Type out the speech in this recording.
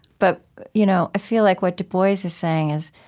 but you know i feel like what du bois is is saying is,